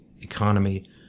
economy